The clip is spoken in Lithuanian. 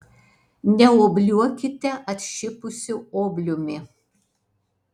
neobliuokite atšipusiu obliumi